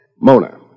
Mona